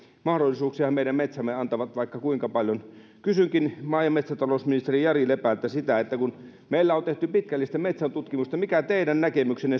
mahdollisuuksiahan meidän metsämme antavat vaikka kuinka paljon kysynkin maa ja metsätalousministeri jari lepältä kun meillä on tehty pitkällistä metsäntutkimusta mikä teidän näkemyksenne